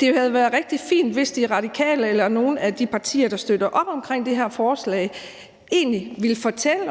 Det havde været rigtig fint, hvis De Radikale eller nogle af de partier, der støtter op omkring det her forslag, egentlig ville fortælle,